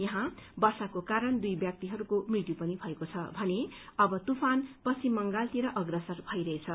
यहाँ वर्षाको कारण दुइ व्यक्तिहरूको मृत्यु पनि भएको छ भने अव तूफान पश्चिम बंगालतिर अग्रसर भइरहेछ